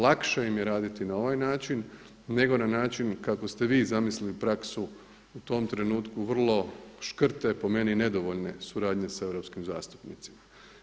Lakše im je raditi na ovaj način, nego na način kako ste vi zamislili praksu u tom trenutku vrlo škrte po meni nedovoljne suradnje sa europskim zastupnicima.